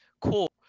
Cool